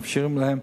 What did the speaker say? מאפשרים להם,